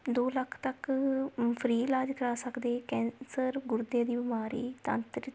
ਦੋ ਲੱਖ ਤੱਕ ਫਰੀ ਇਲਾਜ ਕਰਾ ਸਕਦੇ ਕੈਂਸਰ ਗੁਰਦੇ ਦੀ ਬਿਮਾਰੀ ਤਾਂਤਰਿਤ